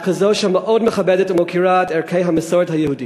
אך כזו שמאוד מכבדת ומוקירה את ערכי המסורת היהודית,